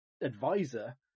advisor